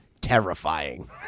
terrifying